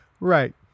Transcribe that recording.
Right